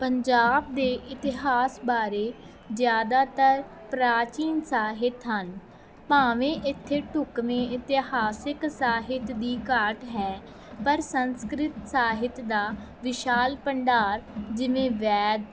ਪੰਜਾਬ ਦੇ ਇਤਿਹਾਸ ਬਾਰੇ ਜ਼ਿਆਦਾਤਰ ਪ੍ਰਾਚੀਨ ਸਾਹਿਤ ਹਨ ਭਾਵੇਂ ਇੱਥੇ ਢੁਕਵੇਂ ਇਤਿਹਾਸਿਕ ਸਾਹਿਤ ਦੀ ਘਾਟ ਹੈ ਪਰ ਸੰਸਕ੍ਰਿਤ ਸਾਹਿਤ ਦਾ ਵਿਸ਼ਾਲ ਭੰਡਾਰ ਜਿਵੇਂ ਵੇਦ